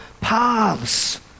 paths